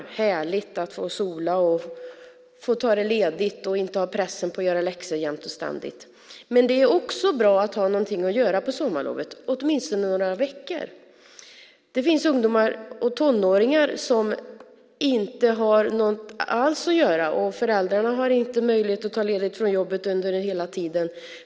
Det är härligt att få sola, vara ledig och inte ha pressen att göra läxor jämt och ständigt. Men det är också bra att ha någonting att göra på sommarlovet, åtminstone några veckor. Det finns tonåringar som inte har något alls att göra. Föräldrarna har inte möjlighet att ta ledigt från jobbet under hela tiden.